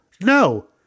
No